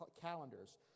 calendars